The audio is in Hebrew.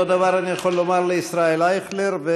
אותו דבר אני יכול לומר לישראל אייכלר.